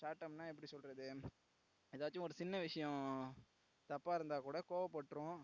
ஷார்ட்டம்ன்னா எப்படி சொல்லுறது எதாச்சும் ஒரு சின்ன விஷயோம் தப்பா இருந்தாக்கூட கோவப்பட்ரும்